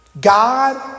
God